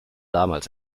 damals